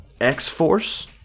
X-Force